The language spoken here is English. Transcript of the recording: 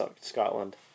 Scotland